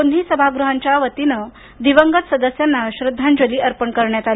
दोन्ही सभागृहाच्या वतीनं दिवंगत सदस्यांना श्रध्दांजली अर्पण करण्यात आली